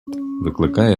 викликає